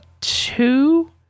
two